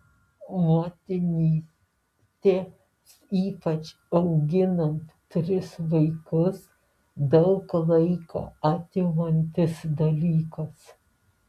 motinystė ypač auginant tris vaikus daug laiko atimantis dalykas